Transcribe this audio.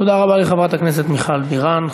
תודה רבה לחברת הכנסת מיכל בירן.